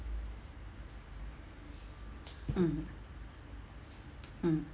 mm mm